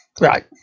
Right